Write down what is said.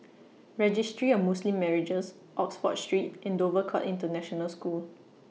Registry of Muslim Marriages Oxford Street and Dover Court International School